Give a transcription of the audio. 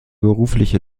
berufliche